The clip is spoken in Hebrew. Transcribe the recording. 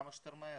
כמה שיותר מהר.